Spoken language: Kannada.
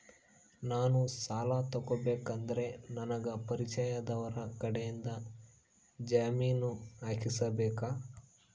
ನಾನು ಸಾಲ ತಗೋಬೇಕಾದರೆ ನನಗ ಪರಿಚಯದವರ ಕಡೆಯಿಂದ ಜಾಮೇನು ಹಾಕಿಸಬೇಕಾ?